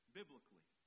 biblically